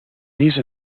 these